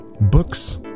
books